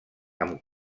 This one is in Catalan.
amb